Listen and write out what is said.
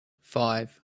five